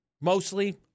Mostly